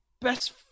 best